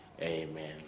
Amen